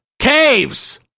Caves